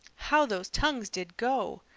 how those tongues did go!